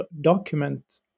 document